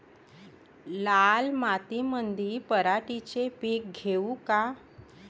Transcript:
लाल मातीमंदी पराटीचे पीक घेऊ का?